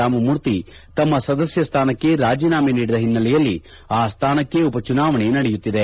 ರಾಮಮೂರ್ತಿ ತಮ್ಮ ಸದಸ್ಯ ಸ್ಥಾನಕ್ಕೆ ರಾಜೀನಾಮೆ ನೀಡಿದ ಹಿನ್ನೆಲೆಯಲ್ಲಿ ಆ ಸ್ಥಾನಕ್ಕೆ ಉಪಚುನಾವಣೆ ನಡೆಯುತ್ತಿದೆ